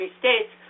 states